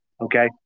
Okay